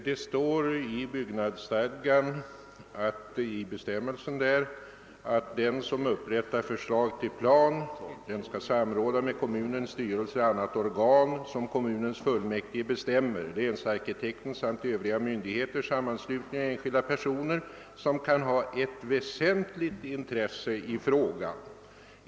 Det står i byggnadsstadgan, att den som upprättar förslag till plan skall »samråda med kommunens styrelse eller annat organ som kommunens fullmäktige bestämmer, länsarkitekten samt övriga myndigheter, sammanslutningar och enskilda personer, som kan ha ett väsentligt intresse i frågan.